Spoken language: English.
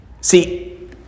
See